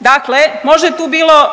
dakle možda je tu bilo